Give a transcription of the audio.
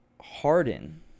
harden